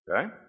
okay